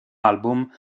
album